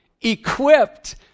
equipped